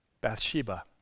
Bathsheba